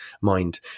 mind